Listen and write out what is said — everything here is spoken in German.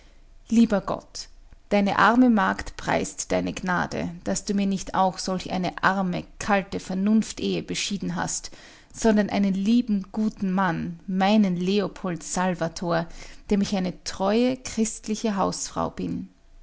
lieber gott deine arme magd preist deine gnade daß du mir nicht auch solch eine arme kalte vernunftehe beschieden hast sondern einen lieben guten mann meinen leopold salvator dem ich eine treue christliche hausfrau bin